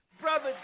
Brother